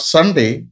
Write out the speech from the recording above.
Sunday